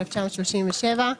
1937,